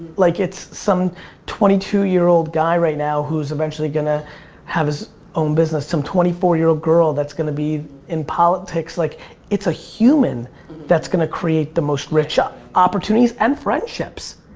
like it's some twenty two year old guy right now who's eventually gonna have his own business. some twenty four year old girl that's gonna be in politics, like it's a human that's gonna create the most rich ah opportunities and friendships.